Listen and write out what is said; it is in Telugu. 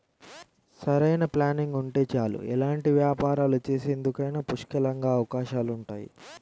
సరైన ప్లానింగ్ ఉంటే చాలు ఎలాంటి వ్యాపారాలు చేసేందుకైనా పుష్కలంగా అవకాశాలుంటాయి